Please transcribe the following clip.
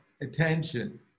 attention